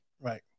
Right